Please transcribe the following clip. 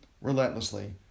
relentlessly